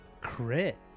crit